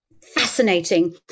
fascinating